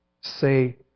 say